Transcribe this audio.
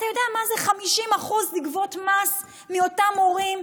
אתה יודע מה זה לגבות 50% מס מאותם הורים,